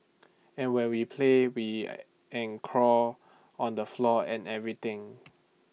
and when we play we and crawl on the floor and everything